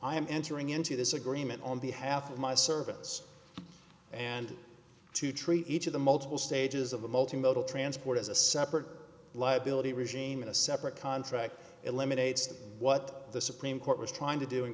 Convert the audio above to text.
am entering into this agreement on behalf of my servants and to treat each of the multiple stages of a multimodal transport as a separate liability regime in a separate contract eliminates what the supreme court was trying to do